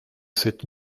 sept